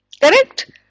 Correct